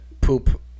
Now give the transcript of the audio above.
poop